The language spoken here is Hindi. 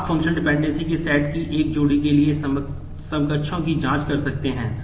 आप फंक्शनल डिपेंडेंसी की एक जोड़ी के लिए समकक्षों की जांच कर सकते हैं